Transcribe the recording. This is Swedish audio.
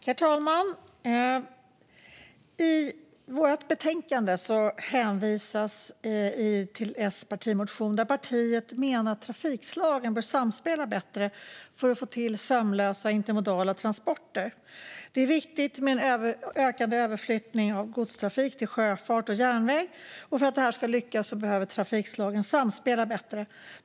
Herr talman! I betänkandet hänvisas det till Socialdemokraternas partimotion, där partiet menar att trafikslagen bör samspela bättre för att man ska få till sömlösa och intermodala transporter. Det är viktigt med en ökad överflyttning av godstrafik till sjöfart och järnväg, och för att det ska lyckas behöver trafikslagen samspela bättre.